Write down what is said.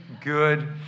good